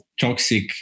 toxic